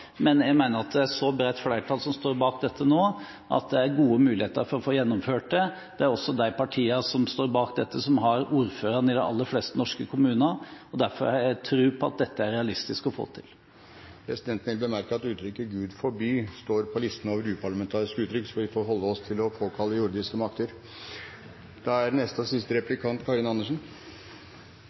men jeg mener at det er et så bredt flertall som står bak dette nå, at det er gode muligheter for å få gjennomført det. Det er også de partiene som står bak dette, som har ordføreren i de aller fleste norske kommuner, og derfor har jeg tro på at dette er realistisk å få til. Presidenten vil bemerke at uttrykket «Gud forby» står på listen over uparlamentariske uttrykk, så vi får holde oss til å påkalle jordiske makter. Det er